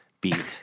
beat